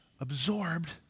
absorbed